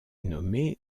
nommé